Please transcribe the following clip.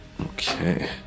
okay